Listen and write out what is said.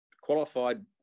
Qualified